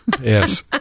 Yes